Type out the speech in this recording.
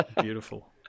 Beautiful